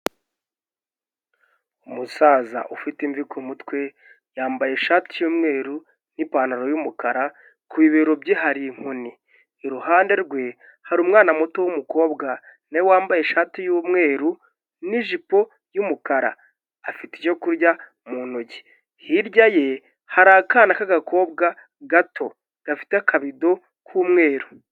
Umusaza ufite imvi ku mutwe yambaye ishati y'umweru n'ipantaro y'umukara ku bibero bye hari inkoni, iruhande rwe hariru umwana muto w'umukobwa nawe wambaye ishati y'umweru n'ijipo y'umukara afite icyo kurya mu ntoki, hirya ye hari akana k'agakobwa gato gafite akabido k'umweru.